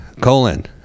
colon